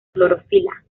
clorofila